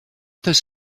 does